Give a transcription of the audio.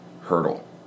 hurdle